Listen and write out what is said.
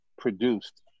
produced